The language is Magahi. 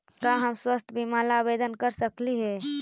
का हम स्वास्थ्य बीमा ला आवेदन कर सकली हे?